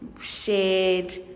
shared